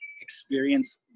experience